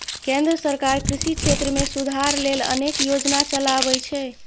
केंद्र सरकार कृषि क्षेत्र मे सुधार लेल अनेक योजना चलाबै छै